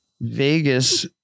vegas